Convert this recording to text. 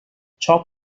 چاپ